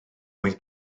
mwyn